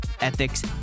ethics